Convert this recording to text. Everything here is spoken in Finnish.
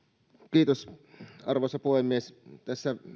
arvoisa puhemies tässä